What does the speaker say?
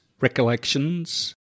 recollections